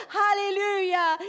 hallelujah